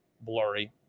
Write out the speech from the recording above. blurry